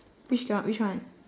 which which one